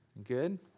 good